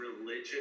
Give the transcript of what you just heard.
religion